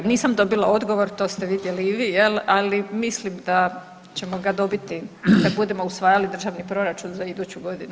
Nisam dobila odgovor to ste vidjeli i vi jel, ali mislim da ćemo ga dobiti kada budemo usvajali državni proračun za iduću godinu.